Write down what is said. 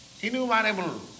innumerable